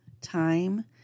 time